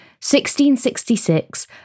1666